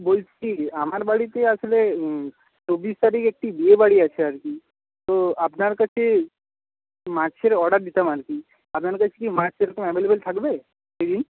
বলছি আমার বাড়িতে আসলে চব্বিশ তারিখ একটি বিয়েবাড়ি আছে আর কি তো আপনার কাছে মাছের অর্ডার দিতাম আর কি আপনার কাছে কি মাছ এখন অ্যাাভেলেভেল থাকবে সেদিন